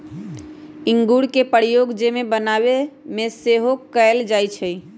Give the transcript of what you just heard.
इंगूर के प्रयोग जैम बनाबे में सेहो कएल जाइ छइ